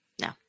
No